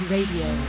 Radio